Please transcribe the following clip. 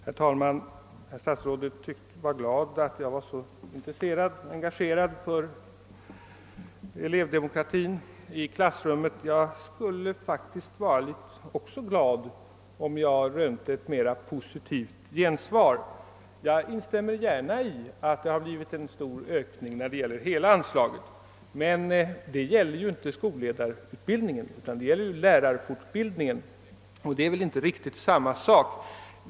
Herr talman! Statsrådet Moberg tycktes vara glad över att jag är så engagerad för elevdemokrati i klassrummet. Också jag skulle vara glad, om jag rönte ett mera positivt gensvar. Jag instämmer gärna i att det har blivit en stor ökning när det gäller hela anslaget, men denna ökning gäller inte skolledarutbildningen utan lärarfortbildningen i sin helhet, och det är inte riktigt samma sak.